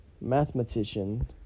mathematician